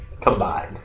combined